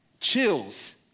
chills